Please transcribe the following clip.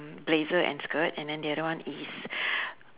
blazer and skirt and then the other one is